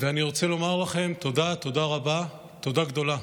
ואני רוצה לומר לכם תודה, תודה רבה, תודה גדולה.